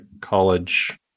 college